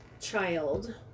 child